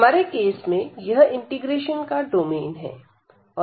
हमारे केस में यह इंटीग्रेशन का डोमिन है